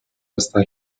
hasta